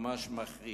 ממש מחריד.